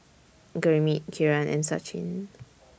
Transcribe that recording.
Gurmeet Kiran and Sachin